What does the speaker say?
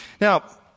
Now